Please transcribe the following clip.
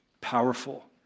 powerful